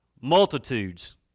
multitudes